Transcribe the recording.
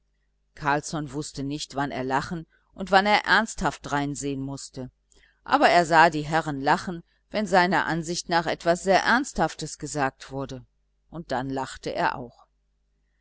carlsson wußte nicht wann er lachen und wann er ernsthaft dreinsehen mußte aber er sah die herren lachen wenn seiner ansicht nach etwas sehr ernsthaftes gesagt wurde und dann lachte er auch